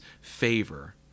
favor